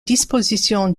dispositions